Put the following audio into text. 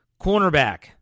cornerback